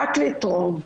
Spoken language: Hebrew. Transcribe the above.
רק לתרום,